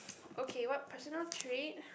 okay what personal trait